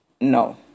no